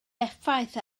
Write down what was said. effaith